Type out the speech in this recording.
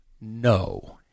No